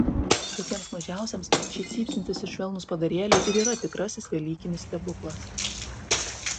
patiems mažiausiems šie cypsintys ir švelnūs padarėliai ir yra tikrasis velykinis stebuklas